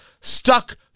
stuck